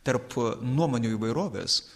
tarp nuomonių įvairovės